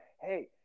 Hey